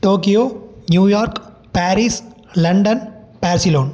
Tokyo New York Paris London Barcelona